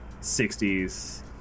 60s